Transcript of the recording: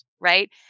right